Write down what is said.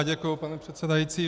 Děkuji, pane předsedající.